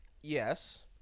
Yes